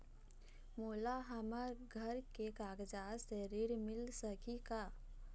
मोला हमर घर के कागजात से ऋण मिल सकही का?